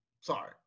Sorry